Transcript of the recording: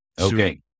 Okay